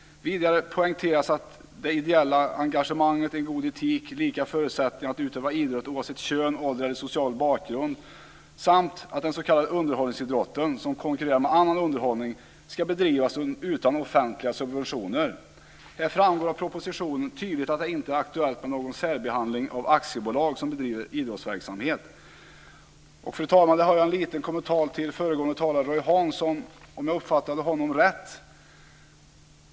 Vidare poängteras det ideella engagemanget, en god etik, lika förutsättningar att utöva idrott oavsett kön, ålder eller social bakgrund samt att den s.k. underhållningsidrotten som konkurrerar med annan underhållning ska bedrivas utan offentliga subventioner. Det framgår tydligt av propositionen att det inte är aktuellt med någon särbehandling av aktiebolag som bedriver idrottsverksamhet. Jag har där en liten kommentar till föregående talare Roy Hansson, om jag uppfattade honom rätt.